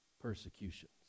persecutions